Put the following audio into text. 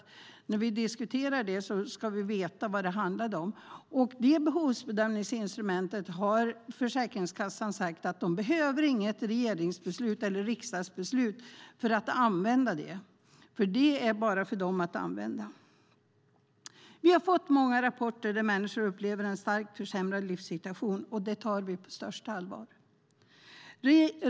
När vi diskuterar detta ska vi veta vad det handlade om. Det behovsbedömningsinstrumentet har Försäkringskassan sagt att de inte behöver något regeringsbeslut eller riksdagsbeslut för att använda. Det är bara för dem att använda. Vi har fått många rapporter om att människor upplever en starkt försämrad livssituation, och det tar vi på största allvar.